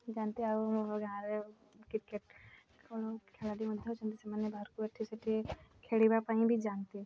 ଯାଆନ୍ତି ଆଉ ମୋ ଗାଁରେ କ୍ରିକେଟ୍ କ'ଣ ଖେଳାଳି ମଧ୍ୟ ଅଛନ୍ତି ସେମାନେ ବାହାରକୁ ଏଠି ସେଠି ଖେଳିବା ପାଇଁ ବି ଯାଆନ୍ତି